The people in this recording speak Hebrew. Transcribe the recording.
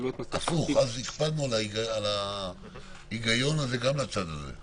חוק הפיקוח על מעונות הוא חוק שנחקק בנובמבר 2018,